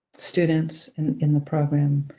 students in in the program.